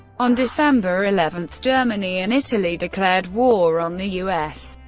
on december eleven, germany and italy declared war on the u s.